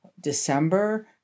December